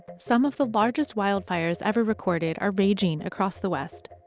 some of the largest wildfires ever recorded are raging across the west.